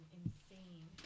insane